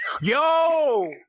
Yo